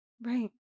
Right